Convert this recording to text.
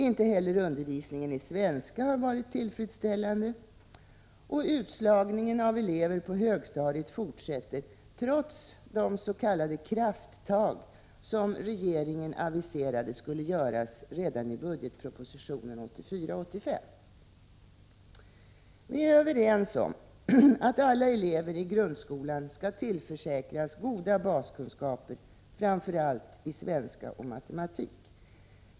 Inte heller undervisningen i svenska har varit tillfredsställande. Utslagningen av elever på högstadiet fortsätter trots de s.k. krafttag som regeringen aviserade skulle göras redan i budgetpropositionen 1984/85. Vi är överens om att alla elever i grundskolan skall tillförsäkras goda baskunskaper, framför allt i svenska och matematik.